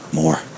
more